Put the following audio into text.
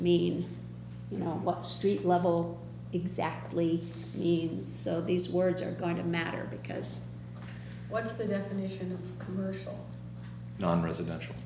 mean you know what street level exactly needs so these words are going to matter because what's the definition of commercial nonresidential